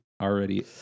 already